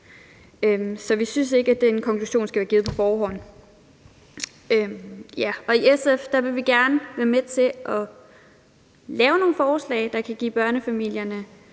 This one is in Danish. Vi synes ikke, at den konklusion skal være givet på forhånd. I SF vil vi gerne være med til at lave nogle forslag, der kan give børnefamilierne